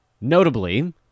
notably